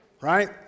right